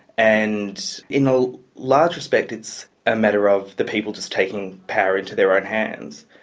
and in a large respect it's a matter of the people just taking power into their own hands.